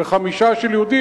וחמישה של יהודים,